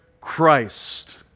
Christ